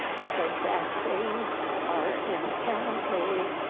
said, vaccines are inherently